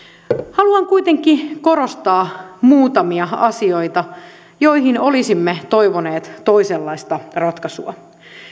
haluan kuitenkin korostaa muutamia asioita joihin olisimme toivoneet toisenlaista ratkaisua